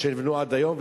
שנבנו עד היום,